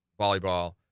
volleyball